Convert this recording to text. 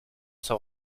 s’en